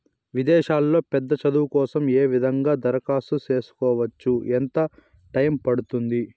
విదేశాల్లో పెద్ద చదువు కోసం ఏ విధంగా దరఖాస్తు సేసుకోవచ్చు? ఎంత టైము పడుతుంది?